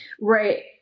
Right